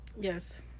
yes